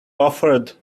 offered